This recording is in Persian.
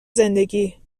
زندگی